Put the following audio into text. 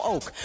Oak